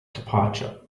departure